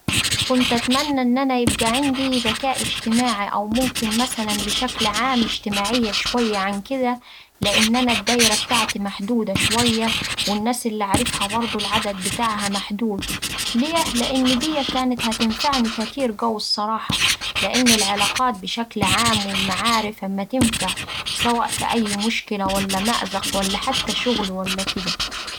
كنت أتمنى أن أنا يبقا عندي ذكاء اجتماعي أو ممكن مثلاً بشكل عام اجتماعية شوية عن كدا لأن أنا الدايرة بتاعتي محدودة شوية والناس اللي أعرفها برده العدد بتاعها محدود. ليه، لأن ديه كانت هتنفعني كتير قوي الصراحة لإن العلاقات بشكل عام والمعارف أما تنفع سواء في أي مشكلة ولا مأزق ولا حتى شغل ولا كدا.